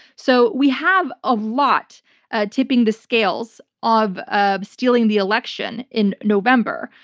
so we have a lot ah tipping the scales of ah stealing the election in november.